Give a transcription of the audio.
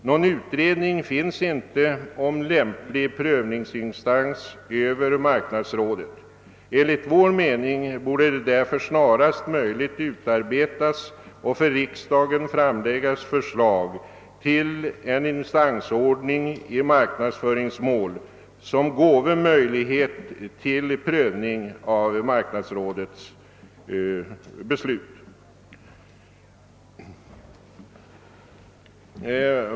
Någon utredning finns inte om lämplig prövningsinstans över marknadsrådet. Enligt vår mening borde det därför snarast möjligt utarbetas och för riksdagen framläggas förslag till en instansordning i marknadsföringsmål, som gåve möjlighet till prövning av marknadsrådets beslut.